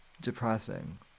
depressing